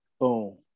Boom